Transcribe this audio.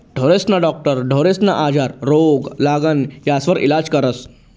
ढोरेस्ना डाक्टर ढोरेस्ना आजार, रोग, लागण यास्वर इलाज करस